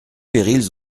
périls